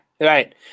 right